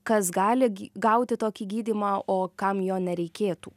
kas gali gi gauti tokį gydymą o kam jo nereikėtų